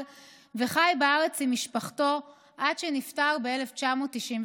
וחי בארץ עם משפחתו עד שנפטר ב-1992.